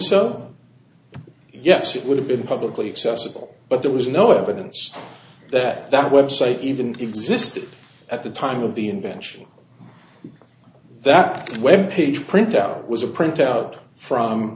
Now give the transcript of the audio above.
so yes it would have been publicly accessible but there was no evidence that that website even existed at the time of the invention that when page printout was a printout